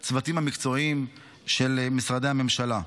וכן לצוותים המקצועיים של משרדי הממשלה.